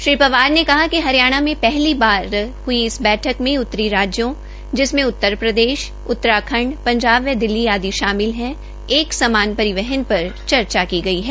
श्री पंवार ने कहा कि हरियाणा मे पहली बार हई इस बैठक में उत्तरी जिसमें उत्तरप्रदेश उतराखंड पंजाब व दिल्ली आदि शामिल है एक समान परिवहन पर चर्चा की गई है